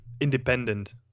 independent